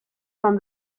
from